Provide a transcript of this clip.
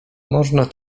można